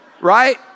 Right